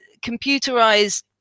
computerized